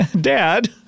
Dad